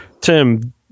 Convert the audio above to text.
Tim